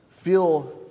feel